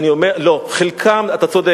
אתה צודק,